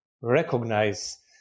recognize